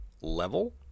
level